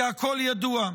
כי הכול ידוע.